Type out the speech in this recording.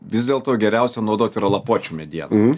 vis dėlto geriausia naudot yra lapuočių mediena